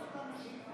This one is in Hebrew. הצבעה בקריאה השנייה.